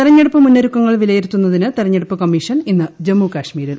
തെരഞ്ഞെടുപ്പ് മുന്നൊരുക്കങ്ങൾ വിലയിരുത്തുന്നതിന് തെരഞ്ഞെടുപ്പ് കമ്മീഷൻ ഇന്ന് ജമ്മുകാശ്മീരിൽ